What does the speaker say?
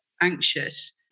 anxious